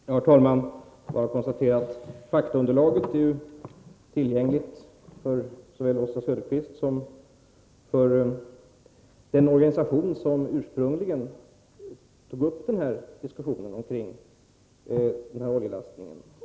Herr talman! Jag kan bara konstatera att faktaunderlaget är tillgängligt för såväl Oswald Söderqvist som den organisation som ursprungligen satte i gång diskussionen om denna oljelastning.